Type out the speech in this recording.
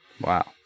Wow